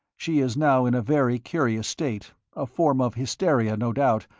she is now in a very curious state a form of hysteria, no doubt,